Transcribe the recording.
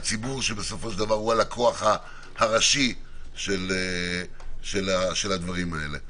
לציבור שהוא הלקוח הראשי של הדברים הללו.